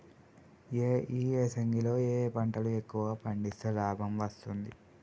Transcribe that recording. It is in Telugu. ఈ యాసంగి లో ఏ పంటలు ఎక్కువగా పండిస్తే లాభం వస్తుంది?